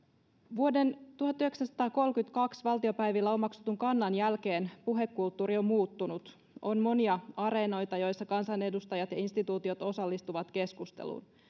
vuoden tuhatyhdeksänsataakolmekymmentäkaksi valtiopäivillä omaksutun kannan jälkeen puhekulttuuri on muuttunut on monia areenoita joilla kansanedustajat ja instituutiot osallistuvat keskusteluun